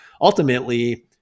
ultimately